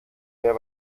mehr